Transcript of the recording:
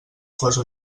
cosa